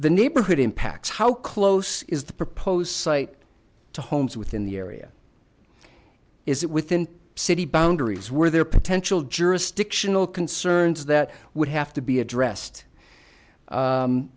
the neighborhood impacts how close is the proposed site to homes within the area is it within city boundaries where there are potential jurisdictional concerns that would have to be addressed